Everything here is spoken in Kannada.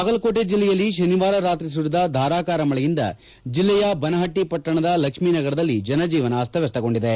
ಬಾಗಲಕೋಟೆ ಜಿಲ್ಲೆಯಲ್ಲಿ ಶನಿವಾರ ರಾತ್ರಿ ಸುರಿದ ಧಾರಾಕಾರ ಮಳೆಯಿಂದ ಜಿಲ್ಲೆಯ ಬನಹಟ್ಟಿ ಪಟ್ಟಣದ ಲಕ್ಷ್ಮಿನಗರದಲ್ಲಿ ಜನಜೀವನ ಅಸ್ತವ್ಯಸ್ತಗೊಂಡಿದೆ